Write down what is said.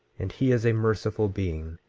and he is a merciful being,